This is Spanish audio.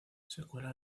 secuela